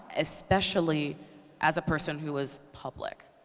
especially as a person who was public.